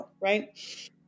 right